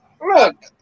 Look